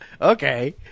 okay